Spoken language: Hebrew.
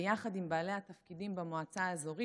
ביחד עם בעלי התפקידים במועצה האזורית,